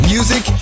Music